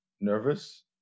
nervous